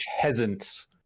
peasants